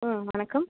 ம் வணக்கம்